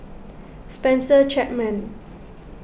Spencer Chapman